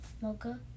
mocha